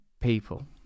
people